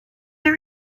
her